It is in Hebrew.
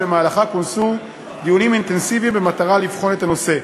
ובמהלכה כונסו דיונים אינטנסיביים במטרה לבחון את הנושא.